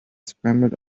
scrambled